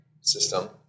system